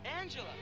Angela